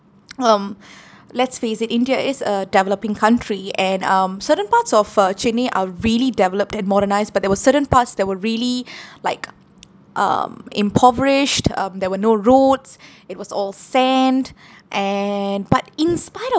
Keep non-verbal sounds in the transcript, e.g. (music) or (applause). (noise) um let's face it india is a developing country and um certain parts of uh chennai are really developed and modernised but there were certain parts that were really like (noise) um impoverished um there were no roads it was all sand and but in spite of